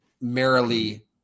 merrily